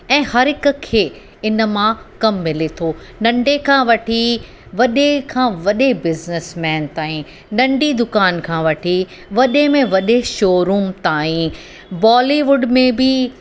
ऐं हर हिक खे हिन मां कमु मिले थो नंढे खां वठी वॾे खां वॾे बिज़निसमैन तांई नंढी दुकान खां वठी वॾे में वॾे शो रूम तांई बॉलीवुड में बि